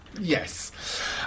Yes